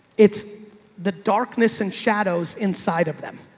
it's the darkness and shadows inside of them